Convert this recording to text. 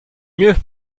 mieux